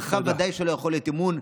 בך ודאי שלא יכול להיות אמון,